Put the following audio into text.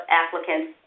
applicants